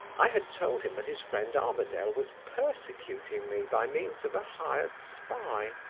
i had told him that his friend armadale was persecuting me by means of a hired spy.